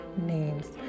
names